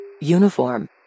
uniform